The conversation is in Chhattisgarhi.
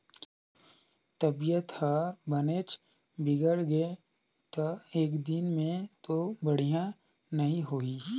तबीयत ह बनेच बिगड़गे त एकदिन में तो बड़िहा नई होही